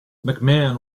mcmahon